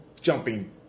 jumping